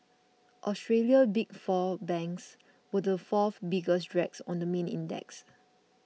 Australia's Big Four banks were the four biggest drags on the main index